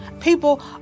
People